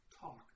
talk